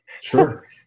Sure